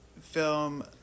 film